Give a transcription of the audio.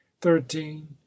thirteen